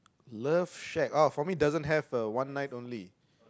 love shag oh for me doesn't have a one night only